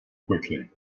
quickly